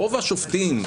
רוב השופטים,